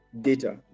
data